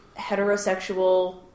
heterosexual